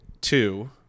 two